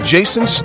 Jason